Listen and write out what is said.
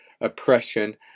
oppression